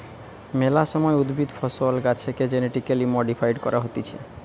মেলা সময় উদ্ভিদ, ফসল, গাছেকে জেনেটিক্যালি মডিফাইড করা হতিছে